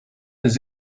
des